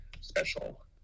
special